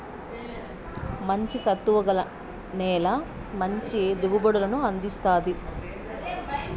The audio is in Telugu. మంచి సత్తువ గల నేల మంచి దిగుబడులను అందిస్తాది